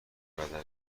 بدن